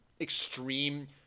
extreme